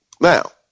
Now